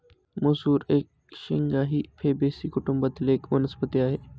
मसूर एक शेंगा ही फेबेसी कुटुंबातील एक वनस्पती आहे